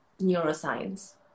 neuroscience